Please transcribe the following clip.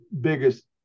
biggest